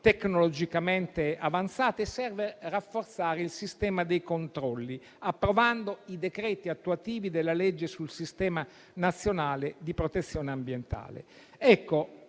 tecnologicamente avanzate; serve rafforzare il sistema dei controlli, approvando i decreti attuativi della legge sul sistema nazionale di protezione ambientale.